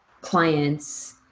clients